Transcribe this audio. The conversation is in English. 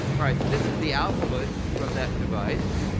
alright so this is the output from that device.